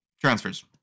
transfers